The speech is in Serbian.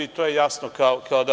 To je jasno kao dan.